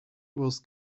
was